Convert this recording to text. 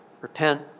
Repent